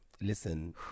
Listen